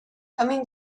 coming